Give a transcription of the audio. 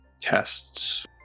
tests